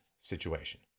situation